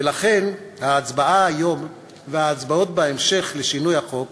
ולכן ההצבעה היום וההצבעות בהמשך לשינוי החוק